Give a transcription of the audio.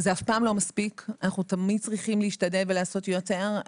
זה אף פעם לא מספיק ואנחנו תמיד צריכים להשתדל ולעשות יותר.